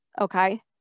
okay